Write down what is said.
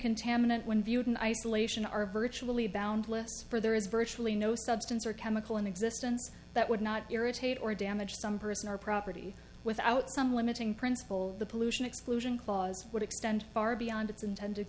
contaminant when viewed in isolation are virtually boundless for there is virtually no substance or chemical in existence that would not irritate or damage some person or property without some limiting principle the pollution exclusion clause would extend far beyond its intend